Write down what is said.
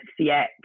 CX